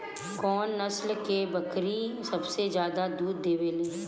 कौन नस्ल की बकरी सबसे ज्यादा दूध देवेले?